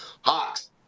Hawks